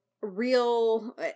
real